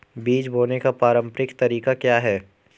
बीज बोने का पारंपरिक तरीका क्या है?